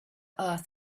earth